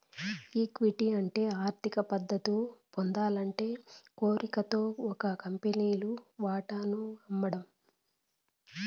equity అంటే ఆర్థిక మద్దతు పొందాలనే కోరికతో ఒక కంపెనీలు వాటాను అమ్మడం